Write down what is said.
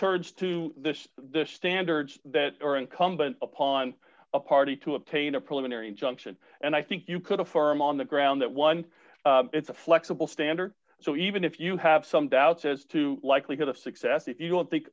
towards to this the standards that are incumbent upon a party to obtain a preliminary injunction and i think you could a forum on the ground that one it's a flexible standard so even if you have some doubts as to likelihood of success if you don't think